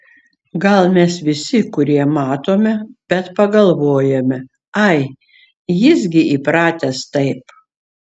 gal mes visi kurie matome bet pagalvojame ai jis gi įpratęs taip